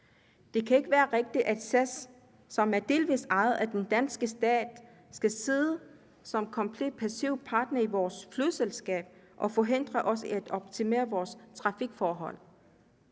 Det kan ikke være rigtigt, at SAS, som delvis er ejet af den danske stat, skal sidde som komplet passiv partner i vores flyselskab og forhindre os i at optimere vores trafikforhold.